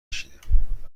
کشیدم